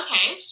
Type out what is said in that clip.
Okay